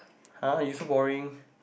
!huh! you so boring